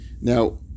now